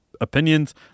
opinions